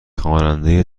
خواننده